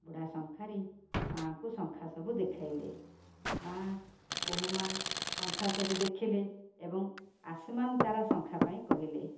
ବୁଢ଼ା ଶଙ୍ଖାରି ମାଆକୁ ଶଙ୍ଖା ସବୁ ଦେଖାଇଲେ ମାଆ ବୋହୂମା ଶଙ୍ଖା ସବୁ ଦେଖିଲେ ଏବଂ ଆସମାନ୍ ତାରା ଶଙ୍ଖା ପାଇଁ କହିଲେ